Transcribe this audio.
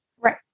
Right